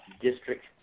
district